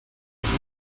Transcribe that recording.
les